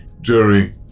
Jerry